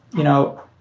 you know,